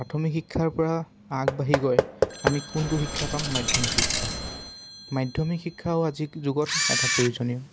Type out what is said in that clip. প্ৰাথমিক শিক্ষাৰপৰা আগবাঢ়ি গৈ আমি কোনটো শিক্ষা পাম মাধ্যমিক শিক্ষা মাধ্যমিক শিক্ষাও আজিৰ যুগত এটা প্ৰয়োজনীয়